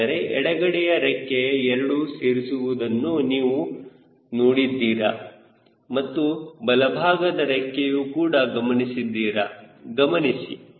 ಹಾಗಾದರೆ ಎಡಗಡೆಯ ರೆಕ್ಕೆಯ 2 ಸೇರಿಸುವಂತಹದ್ದನ್ನು ನೀವು ನೋಡಿದ್ದೀರಾ ಮತ್ತು ಬಲಭಾಗದ ರೆಕ್ಕೆಯು ಕೂಡ ಗಮನಿಸಿದ್ದೀರ ಗಮನಿಸಿ